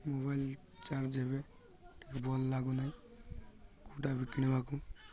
mobile charge ଏବେ ଟିକିଏ ଭଲ ଲାଗୁନାହିଁ କେଉଁଟା ବି କିଣିବାକୁ